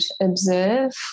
observe